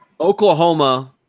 Oklahoma